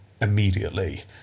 immediately